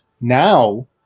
now